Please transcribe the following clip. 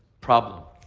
problem.